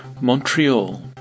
Montreal